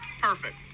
Perfect